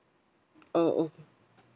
oh okay